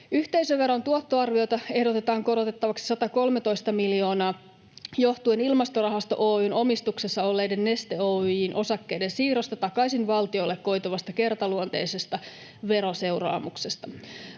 Yhteisöveron tuottoarviota ehdotetaan korotettavaksi 113 miljoonaa johtuen Ilmastorahasto Oy:n omistuksessa olleiden Neste Oyj:n osakkeiden siirrosta takaisin valtiolle koituvasta kertaluonteisesta veroseuraamuksesta.